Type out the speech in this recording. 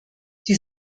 die